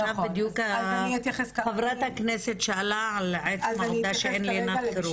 עכשיו בדיוק חברת הכנסת שאלה על עצם העובדה שאין לינת חירום.